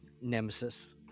nemesis